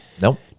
Nope